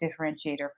differentiator